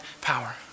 power